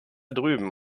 drüben